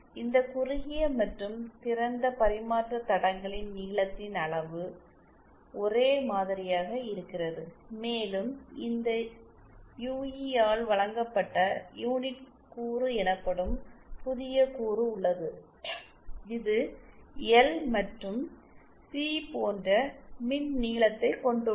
இந்த குறுகிய மற்றும் திறந்த பரிமாற்றக் தடங்களின் நீளத்தின் அளவு ஒரே மாதிரியாக இருக்கிறது மேலும் இந்த யுஇ ஆல் வழங்கப்பட்ட யூனிட் கூறு எனப்படும் புதிய கூறு உள்ளது இது எல் மற்றும் சி போன்ற மின் நீளத்தைக் கொண்டுள்ளது